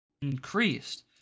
increased